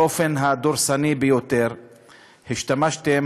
באופן הדורסני ביותר השתמשתם,